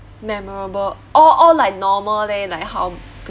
memorable all all like normal leh like how